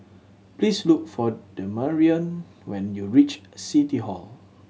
please look for Damarion when you reach City Hall